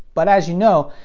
but as you know,